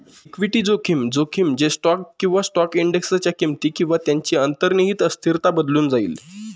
equity जोखीम, जोखीम जे स्टॉक किंवा स्टॉक इंडेक्सच्या किमती किंवा त्यांची अंतर्निहित अस्थिरता बदलून जाईल